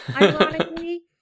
ironically